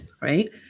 right